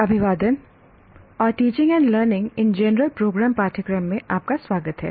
अभिवादन और teaching and learning in general program पाठ्यक्रम में आपका स्वागत है